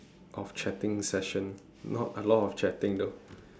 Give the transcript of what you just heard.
of chatting session not a lot of chatting though